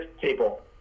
people